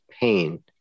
pain